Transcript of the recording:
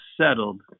settled